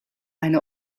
eine